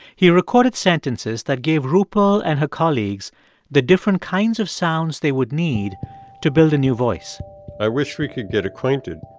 he recorded sentences that gave rupal and her colleagues the different kinds of sounds they would need to build a new voice i wish we could get acquainted.